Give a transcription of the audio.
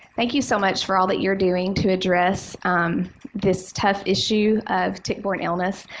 thank you so much for all that you're doing to address this tough issue of tick-borne illness.